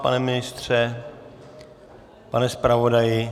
Pane ministře, pane zpravodaji?